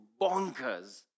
bonkers